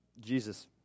Jesus